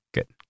Good